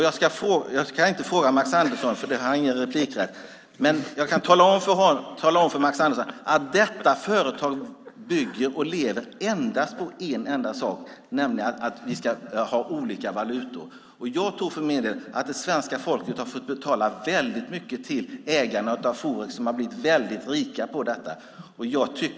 Jag ska inte ställa någon fråga till Max Andersson, för han har ingen replikrätt, men jag kan tala om för Max Andersson att detta företag bygger och lever endast på en enda sak, nämligen att vi ska ha olika valutor. Jag tror för min del att svenska folket har fått betala väldigt mycket till ägarna av Forex, som har blivit rika på detta.